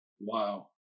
Wow